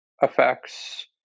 effects